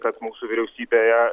kad mūsų vyriausybėje